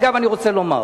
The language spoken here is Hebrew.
אגב, אני רוצה לומר: